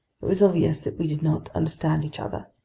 it was obvious that we did not understand each other.